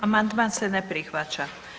Amandman se ne prihvaća.